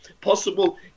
possible